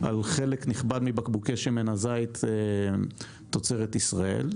על חלק נכבד מבקבוקי שמן הזית תוצרת ישראל,